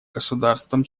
государством